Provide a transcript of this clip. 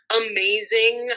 amazing